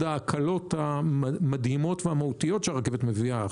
ההקלות המדהימות והמהותיות שהרכבת מביאה.